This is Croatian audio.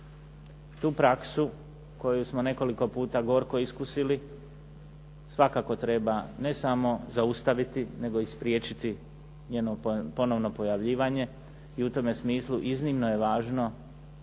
Tu praksu koju smo nekoliko puta gorko iskusili svakako treba ne samo zaustaviti, nego i spriječiti njeno ponovno pojavljivanje i u tome smislu iznimno je važno